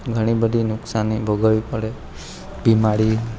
ઘણી બધી નુકસાની ભોગવવી પડે બીમારી